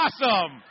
awesome